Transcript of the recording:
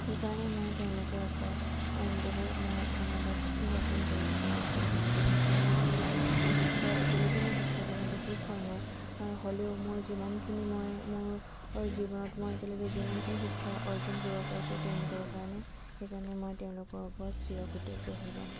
সেইকাৰণে মই তেওঁলোকৰ ওপৰত বহু মই ধন্যবাদ জ্ঞাপন কৰিছোঁ তেওঁলোকক যে তেওঁলোকে মোক এই মোৰ শিক্ষাৰ এতিয়ালৈকে মোৰ শিক্ষা জীৱনটো শেষ হোৱা নাই হ'লেও মোৰ যিমানখিনি মই মোৰ জীৱনত মই এতিয়ালৈকে যিমানখিনি শিক্ষা অৰ্জন কৰিব পাৰিছোঁ তেওঁলোকৰ কাৰণে সেইকাৰণে মই তেওঁলোকৰ ওপৰত চিৰকৃতজ্ঞ হৈ ৰম